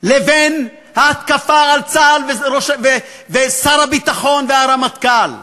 לבין ההתקפה על צה"ל ושר הביטחון והרמטכ"ל.